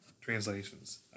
translations